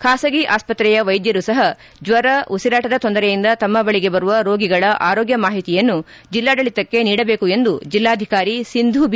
ಖಾಸಗಿ ಆಸ್ತ್ರೆಯ ವೈದ್ಧರು ಸಪ ಜ್ವರ ಉಸಿರಾಟದ ತೊಂದರೆಯಿಂದ ತಮ್ನ ಬಳಿಗೆ ಬರುವ ರೋಗಿಗಳ ಆರೋಗ್ಯ ಮಾಹಿತಿಯನ್ನು ಜಿಲ್ಲಾಡಳಿತಕ್ಕೆ ನೀಡಬೇಕು ಎಂದು ಜಿಲ್ಲಾಧಿಕಾರಿ ಸಿಂಧೂ ಬಿ